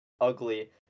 ugly